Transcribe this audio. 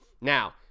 now